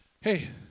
Hey